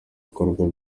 bikorwa